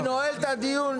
אני נועל את הדיון.